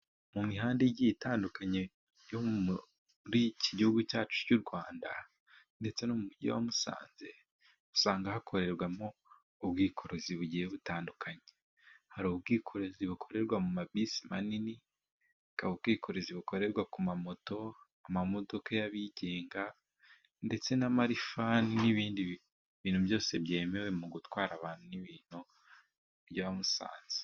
Mu mihanda igiye itandukanye yo muri iki gihugu cyacu cy'u Rwanda ndetse no mu mugi wa Musanze, usanga hakorerwamo ubwikorezi bugiye butandukanye, hari ubwikorezi bukorerwa mu mabisi manini hakaba ubwikorezi bukorerwa ku ma moto, amamodoka y'abigenga ndetse n'amarifani, n'ibindi bintu byose byemewe mu gutwara abantu n'ibintu bya Musanze.